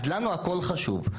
לנו הכול חשוב.